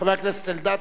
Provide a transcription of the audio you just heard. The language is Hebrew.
חבר הכנסת אריה אלדד.